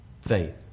Faith